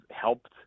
helped